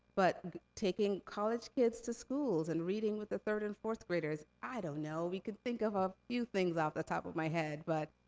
but, taking college kids to schools, and reading with the third and fourth graders. i don't know, we could think of a few things off the top of my head. but,